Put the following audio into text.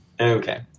okay